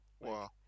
Wow